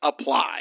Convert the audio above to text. apply